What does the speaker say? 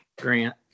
grant